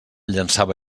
llançava